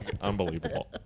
unbelievable